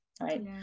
right